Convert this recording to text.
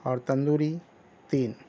اور تندوری تین